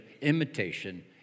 imitation